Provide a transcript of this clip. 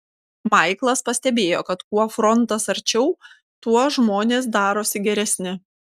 maiklas pastebėjo kad kuo frontas arčiau tuo žmonės darosi geresni